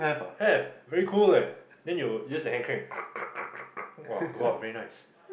have very cool leh then you use the hand crank !wah! go up very nice